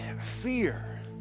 fear